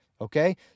Okay